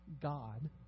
God